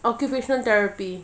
occupational therapy